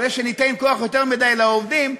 הרי שניתן יותר מדי כוח לעובדים,